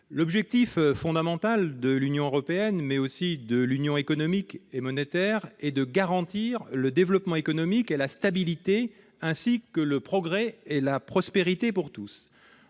l'objectif fondamental de l'Union européenne, mais aussi de l'Union économique et monétaire et de garantir le développement économique et la stabilité, ainsi que le progrès et la prospérité pour tous